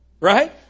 Right